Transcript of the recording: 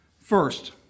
First